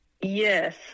Yes